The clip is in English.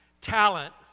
talent